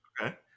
Okay